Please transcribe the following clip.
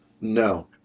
No